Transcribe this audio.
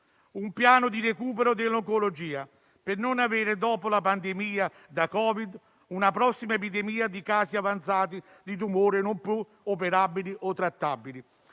un piano di recupero dell'oncologia per non avere, dopo la pandemia da Covid-19, una prossima epidemia di casi avanzati di tumore non più operabili o trattabili